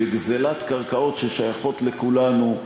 בגזלת קרקעות ששייכות לכולנו,